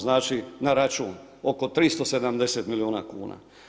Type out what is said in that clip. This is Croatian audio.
Znači, na račun oko 370 milijuna kuna.